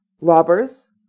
robbers